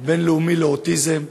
הבין-לאומי לאוטיזם,